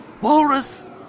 Walrus